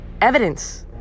evidence